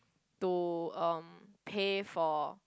to um pay for